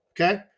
okay